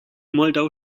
moldau